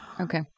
Okay